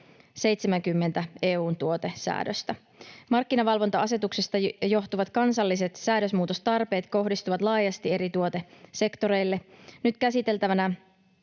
70 EU:n tuotesäädöstä. Markkinavalvonta-asetuksesta johtuvat kansalliset säädösmuutostarpeet kohdistuvat laajasti eri tuotesektoreille. Nyt käsiteltävänä